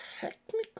technically